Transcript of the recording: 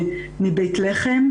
מבית לחם,